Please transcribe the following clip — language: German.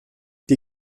die